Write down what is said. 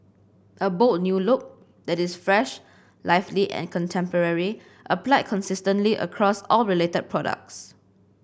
a bold new look that is fresh lively and contemporary applied consistently across all related products